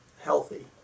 healthy